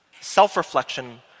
Self-reflection